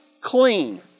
clean